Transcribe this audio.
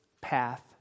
path